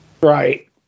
Right